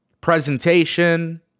Presentation